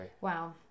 Wow